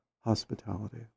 hospitality